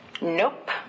Nope